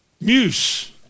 Muse